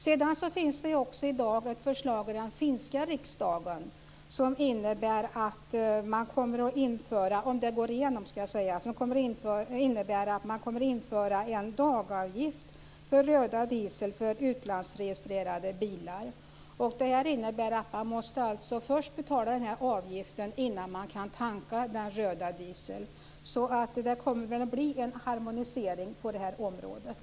Sedan finns det i dag också ett förslag i den finska riksdagen som, om det går igenom, innebär att man kommer att införa en dagavgift för röd diesel för utlandsregistrerade bilar. Det innebär att man alltså måste betala den här avgiften innan man kan tanka den röda dieseln. Så det kommer väl att bli en harmonisering på här området.